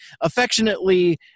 affectionately